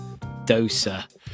dosa